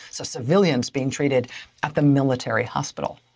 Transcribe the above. so civilians being treated at the military hospital.